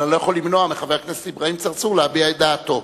אבל אני לא יכול למנוע מחבר כנסת אברהים צרצור להביע את דעתו.